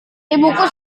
ibuku